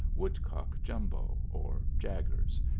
woodcote jumbo, or jaggers,